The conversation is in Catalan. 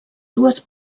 dues